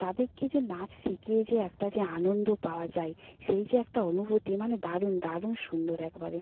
তাদেরকে যে নাচ শিখিয়ে যে একটা যে আনন্দ পাওয়া যায় সেই যে একটা অনুভূতি মানে দারুণ দারুণ সুন্দর একবারে